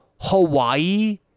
Hawaii